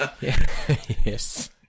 Yes